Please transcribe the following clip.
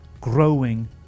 growing